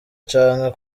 canke